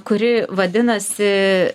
kuri vadinasi